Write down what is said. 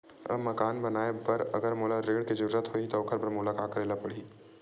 मकान बनाये बर अगर मोला ऋण के जरूरत होही त ओखर बर मोला का करे ल पड़हि?